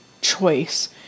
choice